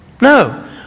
No